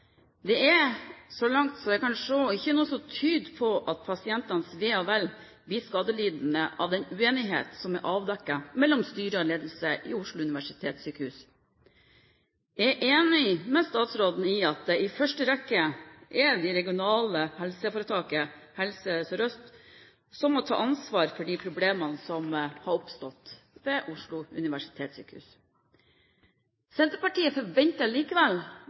Det er, så langt som jeg kan se, ikke noe som tyder på at pasientene, deres ve og vel, blir skadelidende av den uenighet som er avdekket mellom styre og ledelse ved Oslo universitetssykehus. Jeg er enig med statsråden i at det i første rekke er det regionale helseforetaket Helse Sør-Øst som må ta ansvar for de problemene som har oppstått ved Oslo universitetssykehus. Senterpartiet forventer likevel